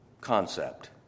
concept